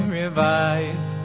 revive